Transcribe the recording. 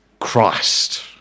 Christ